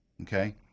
okay